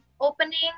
opening